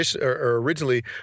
originally